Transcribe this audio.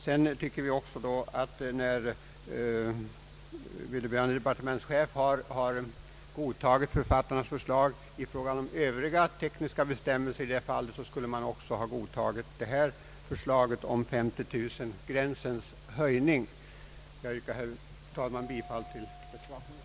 Vi tycker också att när vederbörande departementschef godtagit författarnas förslag i fråga om övriga tekniska bestämmelser, borde man även ha godtagit förslaget om 50 000-gränsens höjning. Jag yrkar, herr talman, bifall till reservationen.